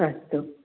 अस्तु